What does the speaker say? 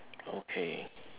okay